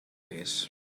hagués